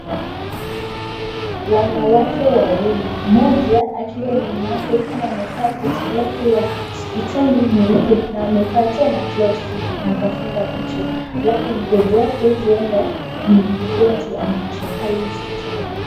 Wanawake wawili. Mmoja akiwa nyuma yake kama amevaa koti lake ya hospitali nyeupe, na amevaa tena glovu na akafunga kichwa, alafu mbele yake huenda ni mgonjwa amekuja pale hospitali.